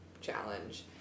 challenge